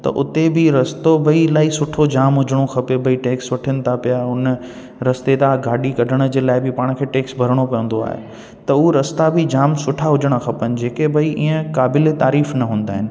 उते बि रस्तो बि भाई इलाही सुठो जाम हुजणो खपे भाई टेक्स वठनि था पिया उन रस्ते तां गाॾी कढण जे लाइ बि पाण खे टेक्स भरिणो पवंदो आहे त उहो रस्ता बि जाम सुठा हुजणा खपनि जेके भाई इअं क़ाबिले तारीफ़ु न हूंदा आहिनि